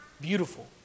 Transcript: beautiful